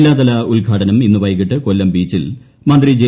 ജില്ലാതല ഉദ്ഘാടനം ഇന്ന് വൈകിട്ട് കൊല്ലം ബീച്ചിൽ മന്ത്രി ജെ